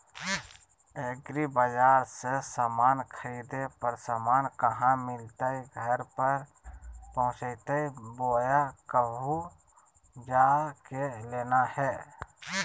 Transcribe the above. एग्रीबाजार से समान खरीदे पर समान कहा मिलतैय घर पर पहुँचतई बोया कहु जा के लेना है?